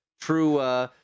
True